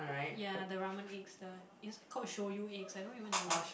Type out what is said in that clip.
ya the ramen eggs the it's called Shoyu eggs I don't even know